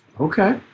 Okay